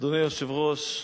אדוני היושב-ראש,